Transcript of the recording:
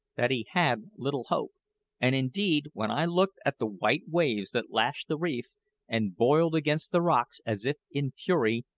that he had little hope and indeed, when i looked at the white waves that lashed the reef and boiled against the rocks as if in fury,